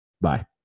Bye